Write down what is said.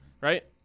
Right